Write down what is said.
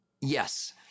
yes